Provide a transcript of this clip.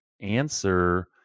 answer